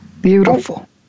beautiful